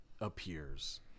appears